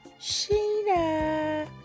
sheena